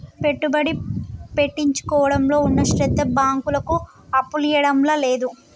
పెట్టుబడి పెట్టించుకోవడంలో ఉన్న శ్రద్ద బాంకులకు అప్పులియ్యడంల లేదు